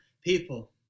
people